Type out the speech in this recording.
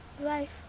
Life